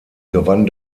gewann